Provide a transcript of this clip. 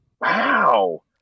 Wow